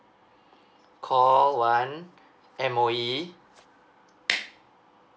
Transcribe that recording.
call one M_O_E